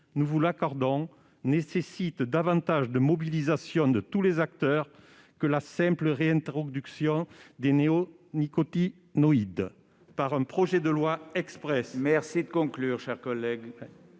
nous vous l'accordons -nécessitent davantage de mobilisation de tous les acteurs que la simple réintroduction des néonicotinoïdes dans un projet de loi exprès. Merci de conclure, cher collègue